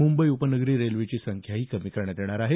मुंबईत उपनगरी रेल्वेची संख्याही कमी करण्यात येणार आहे